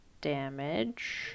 damage